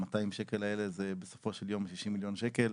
ה-200 שקל האלה זה בסופו של יום 60 מיליון שקל.